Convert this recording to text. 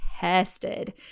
tested